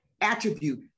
attribute